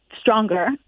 stronger